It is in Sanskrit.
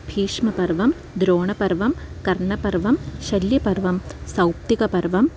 भीष्मपर्वं द्रोणपर्वं कर्णपर्वं शल्यपर्वं सौप्तिकपर्वम्